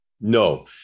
No